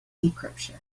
decryption